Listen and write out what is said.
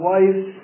Wives